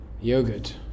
yogurt